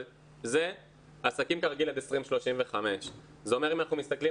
אבל זה עסקים כרגיל עד 2035. זה אומר שאם אנחנו מתסכלים